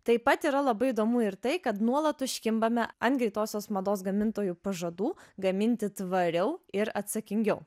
taip pat yra labai įdomu ir tai kad nuolat užkimbame ant greitosios mados gamintojų pažadų gaminti tvariau ir atsakingiau